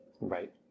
right